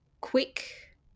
quick